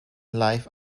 life